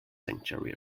sanctuary